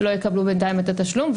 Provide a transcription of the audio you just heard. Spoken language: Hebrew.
לא יקבלו בינתיים את התשלום,